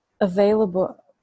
available